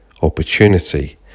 opportunity